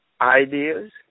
Ideas